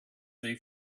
they